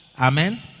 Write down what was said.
Amen